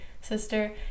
sister